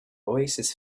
oasis